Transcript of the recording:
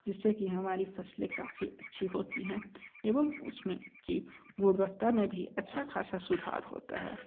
जिससे कि हमारी फसलें काफ़ी अच्छी होती हैं एवं उसमें की गुणवत्ता में भी अच्छा खासा सुधार होता है